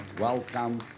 Welcome